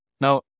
Now